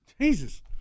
Jesus